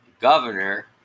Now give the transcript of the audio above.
governor